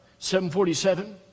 747